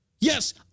Yes